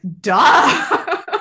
duh